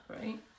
right